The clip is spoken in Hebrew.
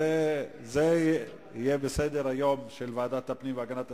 זה יהיה בסדר-היום של ועדת הפנים והגנת הסביבה.